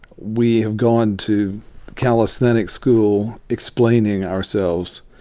we have gone to calisthenics school expla ining ourselves.